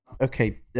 okay